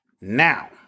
Now